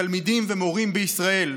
תלמידים ומורים בישראל,